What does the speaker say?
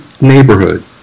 neighborhood